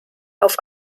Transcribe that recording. auf